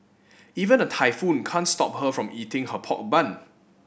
even a typhoon can't stop her from eating her pork bun